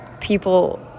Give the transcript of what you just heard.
people